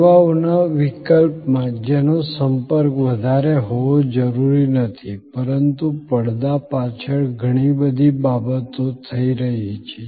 સેવાઓના વિકલ્પમાં જેનો સંપર્ક વધારે હોવો જરૂરી નથી પરંતુ પડદા પાછળ ઘણી બધી બાબતો થઈ રહી છે